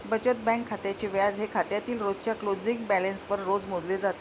बचत बँक खात्याचे व्याज हे खात्यातील रोजच्या क्लोजिंग बॅलन्सवर रोज मोजले जाते